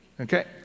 Okay